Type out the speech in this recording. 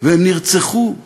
והם נרצחו כיהודים.